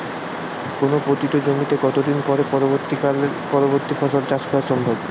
কোনো পতিত জমিতে কত দিন পরে পরবর্তী ফসল চাষ করা সম্ভব?